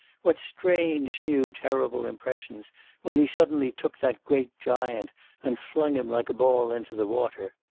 what strange, new, terrible impressions when he suddenly took that great giant and flung him like a ball into the water.